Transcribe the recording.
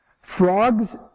Frogs